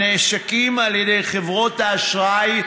שנעשקים על ידי חברות האשראי,